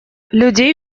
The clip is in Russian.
людей